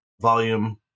volume